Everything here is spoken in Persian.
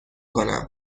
کنم